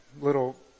little